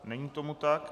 Není tomu tak.